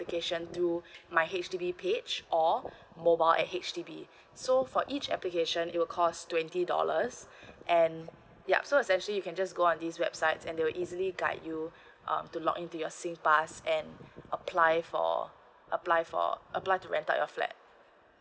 application to my H_D_B page or mobile at H_D_B so for each application it will cost twenty dollars and yup so is actually you can just go on this website and they'll easily guide you um to log into your sing pass and apply for apply for apply to rent out your flat